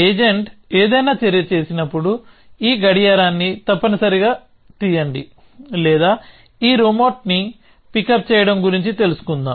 agent ఏదైనా చర్య చేసినప్పుడు ఈ గడియారాన్ని తప్పనిసరిగా తీయండి లేదా ఈ రిమోట్ని పికప్ చేయడం గురించి తెలుసుకుందాం